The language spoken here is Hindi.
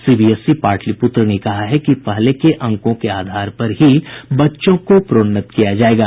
सीबीएसई पाटलीपूत्र ने कहा है कि पहले के अंकों के आधार पर ही बच्चों को प्रोन्नत किया जायेगा